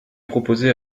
proposez